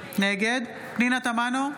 נגד פנינה תמנו,